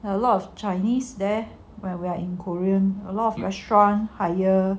a lot of chinese there where we are in korean a lot of restaurant hire